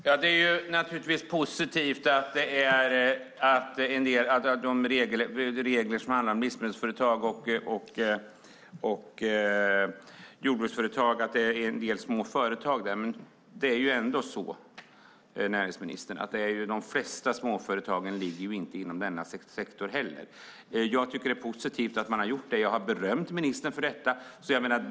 Fru talman! Det är positivt att de regler som gäller livsmedelsföretag och jordbruksföretag berör en del små företag. Men det är ändå så, näringsministern, att de flesta småföretagen inte ligger inom denna sektor. Jag tycker att det är positivt att man har förenklat det, och jag har berömt ministern för detta.